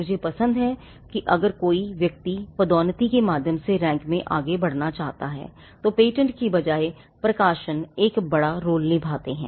मुझे पसंद है कि अगर कोई व्यक्ति पदोन्नति के माध्यम से रैंक में आगे बढ़ना चाहता है तो पेटेंट की बजाय प्रकाशन एक बड़ा रोल निभाते हैं